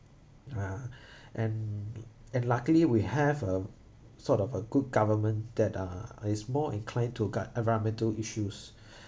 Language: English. uh and and luckily we have a sort of a good government that uh is more inclined to guard environmental issues